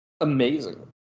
amazing